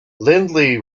lindley